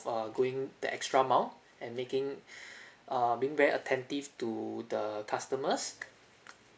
uh going that extra mile and making err being very attentive to the customers